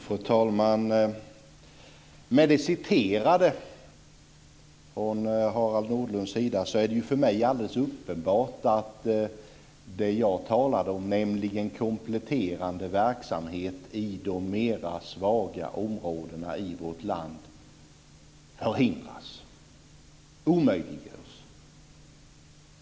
Fru talman! Med det som Harald Nordlund citerade är det för mig alldeles uppenbart att det som jag talade om, nämligen kompletterande verksamhet i de svaga områdena i vårt land, förhindras och omöjliggörs.